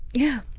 yeah,